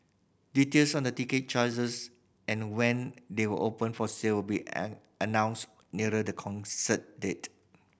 details on the ticket charges and when they will open for sale be an announced nearer the concert date